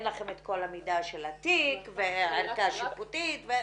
לנו את כל המידע של התיק וערכאה שיפוטית.